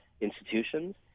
institutions